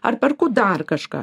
ar perku dar kažką